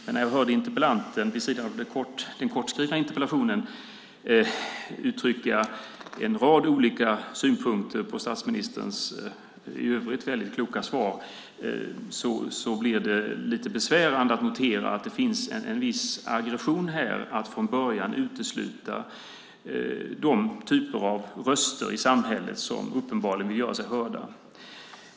Men när jag hörde interpellanten vid sidan av den kort skrivna interpellationen uttrycka en rad olika synpunkter på statsministerns väldigt kloka svar blir det lite besvärande att behöva notera att det finns en viss aggression i att från början utesluta den typen av röster i samhället som uppenbarligen vill göra sig hörda.